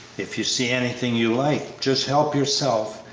if you see anything you like, just help yourself,